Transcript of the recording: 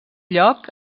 lloc